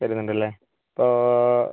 വരുന്നുണ്ടല്ലേ അപ്പോൾ